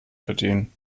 verdienen